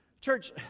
Church